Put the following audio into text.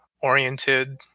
oriented